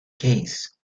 case